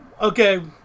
okay